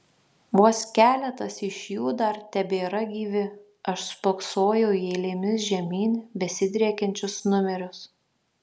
vos keletas iš jų dar tebėra gyvi aš spoksojau į eilėmis žemyn besidriekiančius numerius